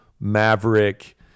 Maverick